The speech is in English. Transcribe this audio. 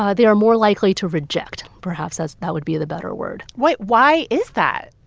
ah they are more likely to reject. perhaps that's that would be the better word why why is that?